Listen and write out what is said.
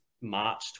March